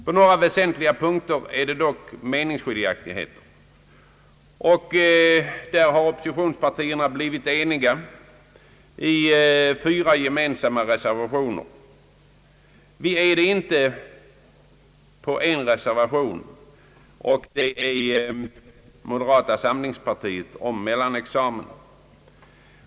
På några väsentliga punkter råder det dock meningsskiljaktigheter. Oppositionspartierna har enats i fyra gemensamma reservationer. Vi har dock inte kunnat ansluta oss till moderata samlingspartiets reservation om mellanexamen.